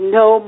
no